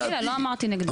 חלילה, לא אמרתי נגדי.